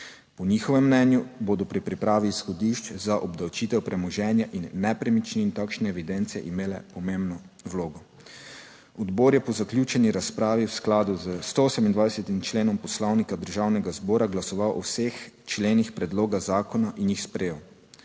Po njihovem mnenju bodo pri pripravi izhodišč za obdavčitev premoženja in nepremičnin takšne evidence imele pomembno vlogo. Odbor je po zaključeni razpravi v skladu s 128. členom Poslovnika Državnega zbora glasoval o vseh členih predloga zakona in jih sprejel.